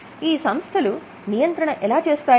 ఈ సంస్థలు నియంత్రణ ఎలా చేస్తాయి